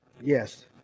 Yes